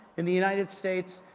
in the united states,